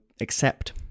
accept